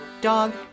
dog